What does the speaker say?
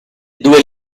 due